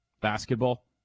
basketball